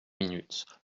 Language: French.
minutes